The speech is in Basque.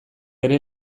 ere